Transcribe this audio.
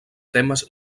temes